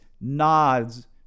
nods